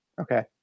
Okay